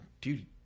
dude